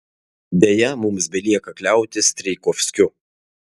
deja mums belieka kliautis strijkovskiu